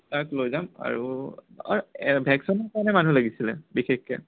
তাক লৈ যাম আৰু ভেশছনৰ কাৰণে মানুহ লাগিছিল বিশেষকৈ